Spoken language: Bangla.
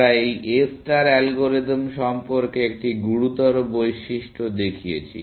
আমরা এই A ষ্টার অ্যালগরিদম সম্পর্কে একটি গুরুতর বৈশিষ্ট্য দেখিয়েছি